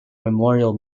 memorial